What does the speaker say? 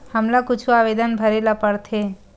हमला कुछु आवेदन भरेला पढ़थे?